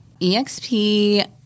eXp